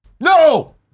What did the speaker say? No